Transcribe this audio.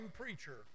preacher